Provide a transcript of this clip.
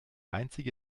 einzige